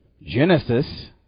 Genesis